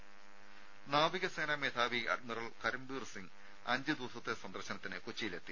രെ നാവികസേനാ മേധാവി അഡ്മിറൽ കരംബീർ സിംഗ് അഞ്ച് ദിവസത്തെ സന്ദർശനത്തിന് കൊച്ചിയിൽ എത്തി